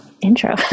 intro